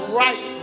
right